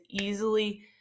easily